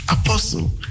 Apostle